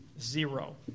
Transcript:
Zero